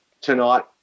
tonight